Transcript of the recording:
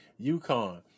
UConn